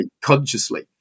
consciously